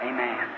Amen